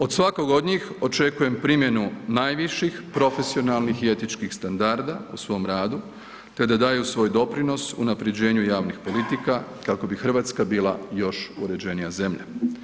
Od svakog od njih očekujem primjenu najviših profesionalnih i etičkih standarda u svom radu te da daju svoj doprinos unaprjeđenju javnih politika kako bi Hrvatska bila još uređenija zemlja.